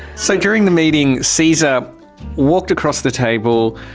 so during the meeting caesar walked across the table.